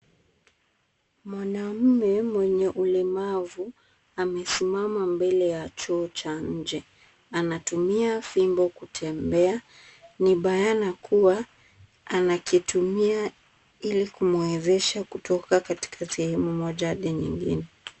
Mwanamume mwenye ulemavu amesimama mbele ya choo cha nje ,anatumia fimbo kutembea , ni bayana kuwa anakitumia ili kumwezesha kutoka katika sehemu moja hadi nyingine .